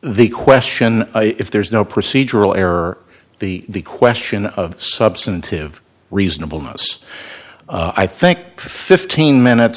the question if there is no procedural error the question of substantive reasonable most i think fifteen minutes